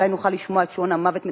אולי נוכל לשמוע את שעון המוות מתקתק,